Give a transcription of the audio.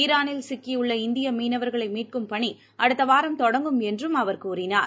ஈரானில் சிக்கியுள்ள இந்திய மீனவர்களை மீட்கும் பணி அடுத்தவாரம் தொடங்கும் என்றும் அவர் கூறினார்